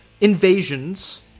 Invasions